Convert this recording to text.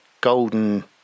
golden